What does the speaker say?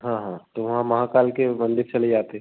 हाँ हाँ तो वहाँ महाकाल के मंदिर चले जाते